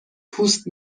پوست